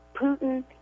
putin